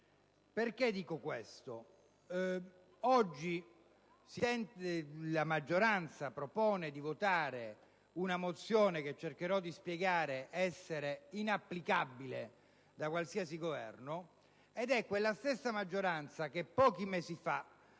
perché oggi la maggioranza propone una mozione che cercherò di spiegare essere inapplicabile da qualsiasi Governo, ed è quella stessa maggioranza che pochi mesi fa